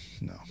no